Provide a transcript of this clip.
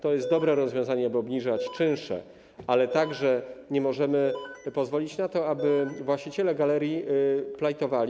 To jest dobre rozwiązanie, by obniżać czynsze, ale także nie możemy pozwolić na to, aby właściciele galerii plajtowali.